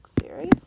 series